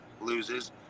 loses